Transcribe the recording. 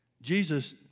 Jesus